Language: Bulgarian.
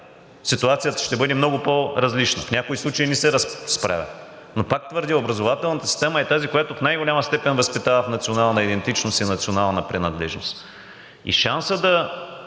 ситуацията ще бъде много по-различна. В някои случаи не се справя, но пак твърдя: образователната система е тази, която в най-голяма степен възпитава в национална идентичност и национална принадлежност. Шансът да